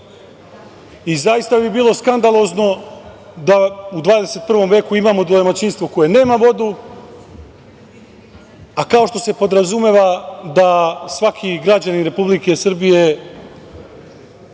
i zaista bi bilo skandalozno da u 21. veku imamo domaćinstvo koje nema vodu, a kao što se podrazumeva da svaki građanin Republike Srbije